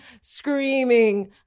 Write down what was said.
screaming